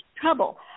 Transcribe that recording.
trouble